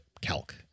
calc